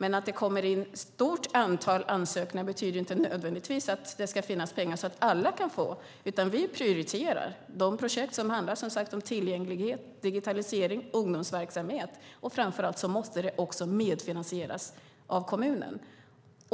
Men att det kommer in ett stort antal ansökningar betyder inte nödvändigtvis att det ska finnas pengar så att alla kan få, utan vi prioriterar de projekt som handlar om tillgänglighet, digitalisering och ungdomsverksamhet. Framför allt måste det medfinansieras av kommunen.